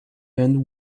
and